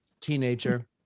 teenager